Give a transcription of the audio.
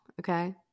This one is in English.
okay